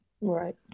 right